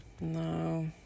no